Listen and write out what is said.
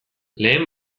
lehen